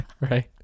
right